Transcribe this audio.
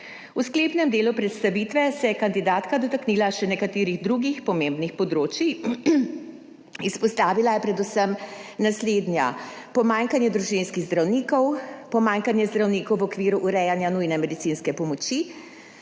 V sklepnem delu predstavitve se je kandidatka dotaknila še nekaterih drugih pomembnih področij. Izpostavila je predvsem naslednja: pomanjkanje družinskih zdravnikov, pomanjkanje zdravnikov v okviru urejanja nujne medicinske pomoči,